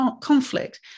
conflict